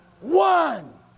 one